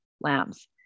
lambs